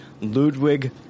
ludwig